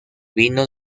vino